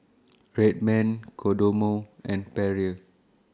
Red Man Kodomo and Perrier